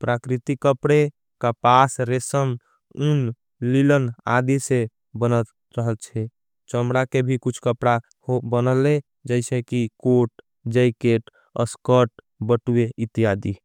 प्रकृति कपड़े का पास, रेसम, उन, लिलन आदी से बनत चल छे। चम्रा के भी कुछ कपड़ा हो बनले, जैसे की कोट, जैकेट, असकोट, बटुय, इत्यादि।